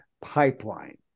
pipeline